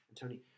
Tony